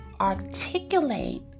articulate